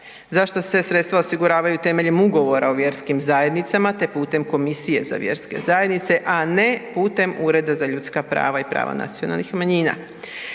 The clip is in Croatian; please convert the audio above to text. zašto se sredstva osiguravaju temeljem Ugovora o vjerskim zajednicama te putem Komisije za vjerske zajednice a ne putem Ureda za ljudska prava i prava nacionalnih manjina.